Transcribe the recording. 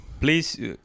Please